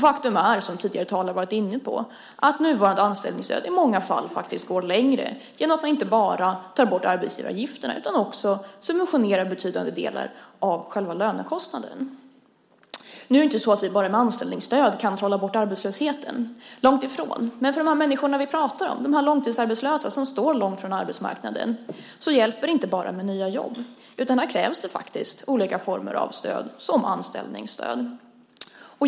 Faktum är också, som tidigare talare varit inne på, att nuvarande anställningsstöd i många fall går längre genom att man inte bara tar bort arbetsgivaravgifterna utan också subventionerar betydande delar av själva lönekostnaden. Nu är det inte så att vi bara med anställningsstöd kan trolla bort arbetslösheten, långt därifrån. Men för de människor som vi pratar om, de långtidsarbetslösa som står långt från arbetsmarknaden, hjälper det inte bara med nya jobb. Här krävs det faktiskt olika former av stöd, till exempel anställningsstöd.